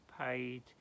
paid